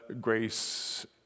grace